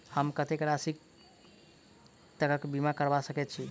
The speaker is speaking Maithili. हम कत्तेक राशि तकक बीमा करबा सकैत छी?